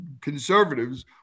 conservatives